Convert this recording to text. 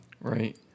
Right